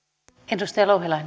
arvoisa